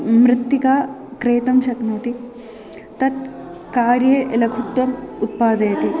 मृत्तिकां क्रेतुं शक्नोति तत् कार्ये लघुत्वम् उत्पादयति